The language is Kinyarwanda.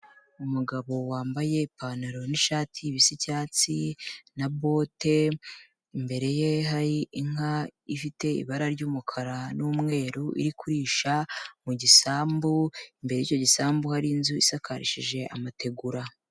Umugabo wambaye ipantaro n'ishati bis'icyatsi na bote, imbere ye hari inka ifite ibara ry'umukara n'umweru iri kuririsha mu gisambu, imbere y'icyo gisambu hari inzu isakarishije amategura.